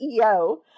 CEO